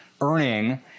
earning